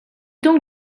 donc